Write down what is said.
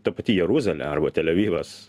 ta pati jeruzalė arba tel avivas